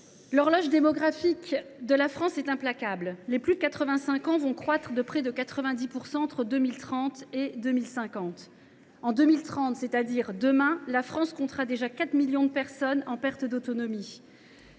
l’horloge démographique de la France est implacable : la part des plus de 85 ans va croître de près de 90 % entre 2030 et 2050. En 2030, c’est à dire demain, la France comptera déjà 4 millions de personnes en perte d’autonomie.